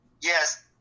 Yes